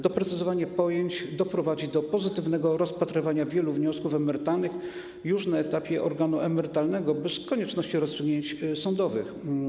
Doprecyzowanie pojęć doprowadzi do pozytywnego rozpatrywania wielu wniosków emerytalnych już na etapie organu emerytalnego bez konieczności rozstrzygnięć sądowych.